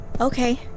Okay